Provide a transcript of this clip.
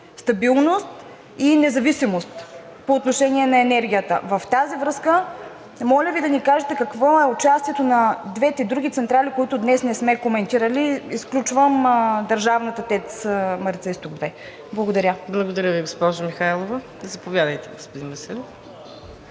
стабилност и независимост по отношение на енергията. В тази връзка моля Ви да ни кажете какво е участието на двете други централи, които днес не сме коментирали, изключвам държавната ТЕЦ „Марица-изток 2“. Благодаря. ПРЕДСЕДАТЕЛ МУКАДДЕС НАЛБАНТ: Благодаря Ви, госпожо Михайлова. Заповядайте, господин Василев.